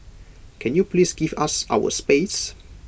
can you please give us our space